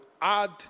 add